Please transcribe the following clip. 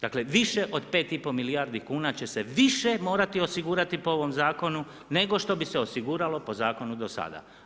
Dakle, više od 5 i pol milijardi kuna će se više morati osigurati po ovom zakonu, nego što bi se osiguralo po zakonu do sada.